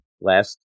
last